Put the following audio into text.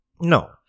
No